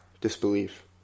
disbelief